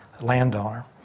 landowner